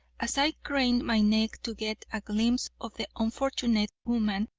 as i craned my neck to get a glimpse of the unfortunate woman,